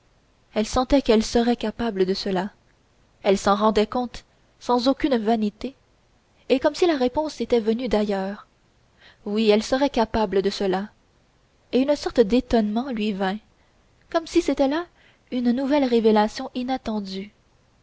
elle sentait qu'elle serait capable de cela elle s'en rendait compte sans aucune vanité et comme si la réponse était venue d'ailleurs oui elle serait capable de cela et une sorte d'étonnement lui vint comme si c'était là une nouvelle révélation inattendue